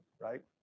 right